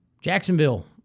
Jacksonville